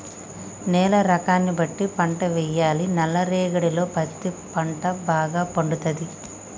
నేల రకాన్ని బట్టి పంట వేయాలి నల్ల రేగడిలో పత్తి పంట భాగ పండుతది